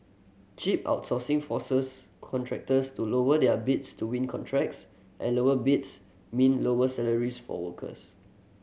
cheap outsourcing forces contractors to lower their bids to win contracts and lower bids mean lower salaries for workers